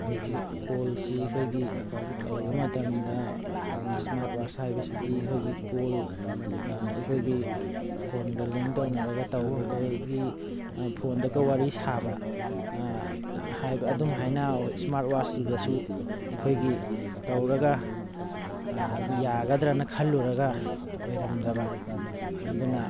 ꯑꯩꯈꯣꯏꯒꯤ ꯀꯣꯜꯁꯤ ꯑꯩꯈꯣꯏꯒꯤ ꯇꯧꯕ ꯃꯇꯝꯗ ꯏꯁꯃꯥꯔꯠ ꯋꯥꯠꯆ ꯍꯥꯏꯕꯁꯤꯗꯤ ꯑꯩꯍꯣꯏꯒꯤ ꯀꯣꯜ ꯑꯩꯈꯣꯏꯒꯤ ꯐꯣꯟꯒ ꯂꯤꯡ ꯇꯧꯅꯔꯒ ꯇꯧꯕꯒꯤ ꯐꯣꯟꯗꯒ ꯋꯥꯔꯤ ꯁꯥꯕ ꯍꯥꯏꯕ ꯑꯗꯨꯝ ꯍꯥꯏꯅ ꯏꯁꯃꯥꯔꯠ ꯋꯥꯠꯆꯇꯨꯗꯁꯨ ꯑꯩꯈꯣꯏꯒꯤ ꯇꯧꯔꯒ ꯌꯥꯒꯗ꯭ꯔꯅ ꯈꯜꯂꯨꯔꯒ ꯑꯣꯏꯔꯝꯗꯕ ꯑꯗꯨꯅ